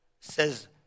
says